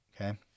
Okay